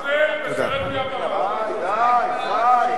אני קורא אותך לסדר פעם ראשונה.